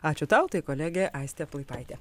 ačiū tau tai kolegė aistė plaipaitė